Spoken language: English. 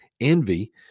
envy